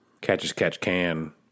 catch-as-catch-can